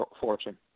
fortune